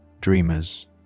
Dreamers